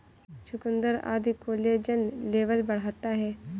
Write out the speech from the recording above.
चुकुन्दर आदि collagen level बढ़ाता है